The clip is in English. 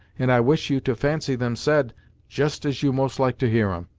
and i wish you to fancy them said just as you most like to hear em.